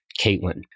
Caitlin